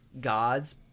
gods